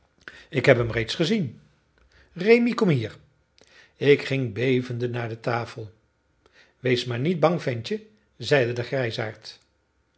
ik heb hem reeds gezien rémi kom hier ik ging bevende naar de tafel wees maar niet bang ventje zeide de